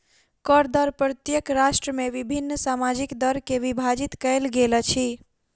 कर दर प्रत्येक राष्ट्र में विभिन्न सामाजिक दर में विभाजित कयल गेल अछि